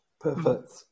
perfect